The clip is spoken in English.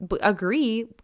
agree